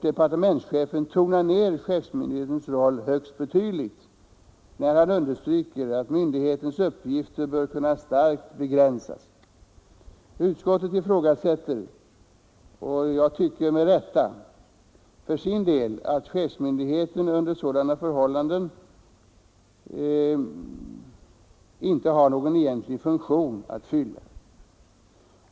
Departementschefen tonar emellertid ner chefsmyndighetens roll högst betydligt, när han understryker att chefsmyndighetens uppgifter bör kunna starkt begränsas. Utskottet ifrågasätter” — med rätta, tycker jag — ”för sin del om chefsmyndigheten under sådana förhållanden har någon egentlig funktion att fylla.